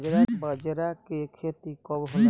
बजरा के खेती कब होला?